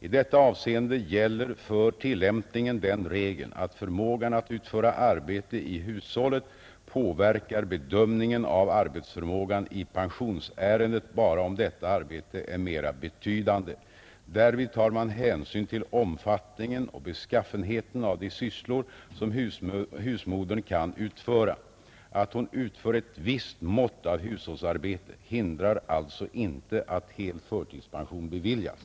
I detta avseende gäller för tillämpningen den regeln att förmågan att utföra arbete i hushållet påverkar bedömningen av arbetsförmågan i pensionsärendet bara om detta arbete är mera betydande. Därvid tar man hänsyn till omfattningen och beskaffenheten av de sysslor som husmodern kan utföra. Att hon utför ett visst mått av hushållsarbete hindrar alltså inte att hel förtidspension beviljas.